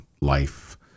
life